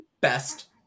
best